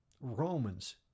Romans